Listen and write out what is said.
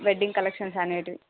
wedding collections అనేటివి